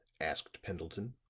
asked pendleton.